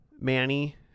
Manny